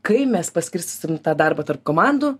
kai mes paskirstysim tą darbą tarp komandų